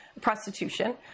prostitution